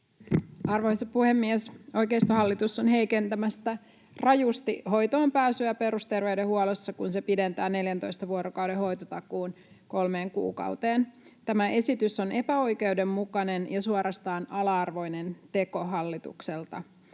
Arvoisa puhemies! Oikeistohallitus on heikentämässä rajusti hoitoonpääsyä perusterveydenhuollossa, kun se pidentää 14 vuorokauden hoitotakuun kolmeen kuukauteen. Tämä esitys on epäoikeudenmukainen ja suorastaan ala-arvoinen teko hallitukselta.